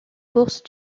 bourse